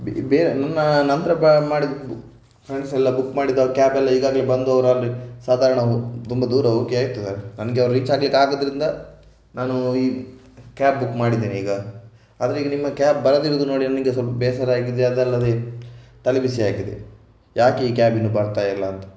ಬೇರೆ ನನ್ನ ನಂತರ ಮಾಡಿದ ಫ್ರೆಂಡ್ಸ್ ಎಲ್ಲ ಬುಕ್ ಮಾಡಿದ ಕ್ಯಾಬೆಲ್ಲ ಈಗಾಗಲೇ ಬಂದು ಅವರು ಆಲ್ರೆಡಿ ಸಾಧಾರಣ ತುಂಬ ದೂರ ಹೋಗಿ ಆಯಿತು ನನಗೆ ಅವರು ರೀಚ್ ಆಗಲಿಕ್ಕೆ ಆಗದ್ದರಿಂದ ನಾನು ಈ ಕ್ಯಾಬ್ ಬುಕ್ ಮಾಡಿದ್ದೇನೆ ಈಗ ಆದರೆ ಈಗ ನಿಮ್ಮ ಕ್ಯಾಬ್ ಬರದಿರುವುದು ನೋಡಿ ನನಗೆ ಸ್ವಲ್ಪ ಬೇಸರ ಆಗಿದೆ ಅದಲ್ಲದೆ ತಲೆಬಿಸಿ ಆಗಿದೆ ಯಾಕೆ ಈ ಕ್ಯಾಬ್ ಇನ್ನೂ ಬರ್ತಾ ಇಲ್ಲ ಅಂತ